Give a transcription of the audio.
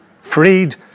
freed